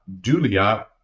dulia